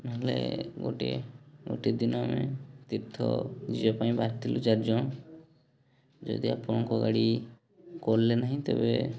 ନହେଲେ ଗୋଟେ ଗୋଟେ ଦିନ ଆମେ ତୀର୍ଥ ଯିବା ପାଇଁ ବାହାରିଥିଲୁ ଚାରିଜଣ ଯଦି ଆପଣଙ୍କ ଗାଡ଼ି କଲ୍ରେ ନାହିଁ ତେବେ